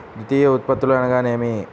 ద్వితీయ ఉత్పత్తులు అనగా నేమి?